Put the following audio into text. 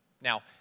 Now